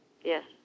Yes